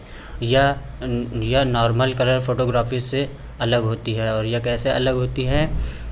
यह यह normal colour photography से अलग होती है और यह कैसे अलग होती है